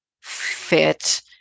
fit